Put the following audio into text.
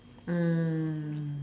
um